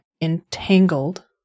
entangled